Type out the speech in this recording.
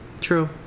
True